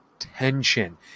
Tension